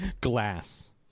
glass